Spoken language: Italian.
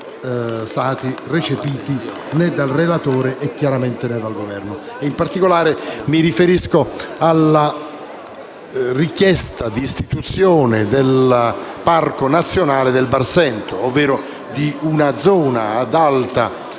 stati recepiti né dal relatore, né dal Governo. In particolare, mi riferisco alla richiesta di istituzione del parco nazionale del Barsento, ovvero in una zona ad alta